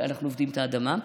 אנחנו עובדים את האדמה.